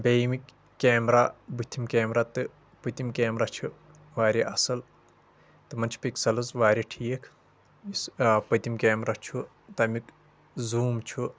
بیٚیہِ ییٚمِکۍ کیمرا بٔتھِم کیمرا تہٕ پٔتِم کیمرا چھ واریاہ اصل تِمن چھِ پِکسلٕز واریاہ ٹھیٖک یُس آ پٔتِم کیمرا چھُ تمیُک زوٗم چھُ